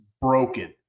broken